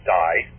die